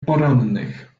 porannych